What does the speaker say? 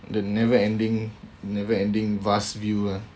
the never ending never ending vast view lah